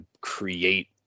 create